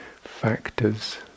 factors